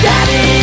Daddy